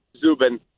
Zubin